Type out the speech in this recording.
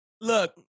Look